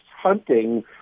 hunting